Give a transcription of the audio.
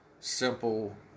simple